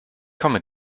komme